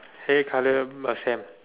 hair colour um uh same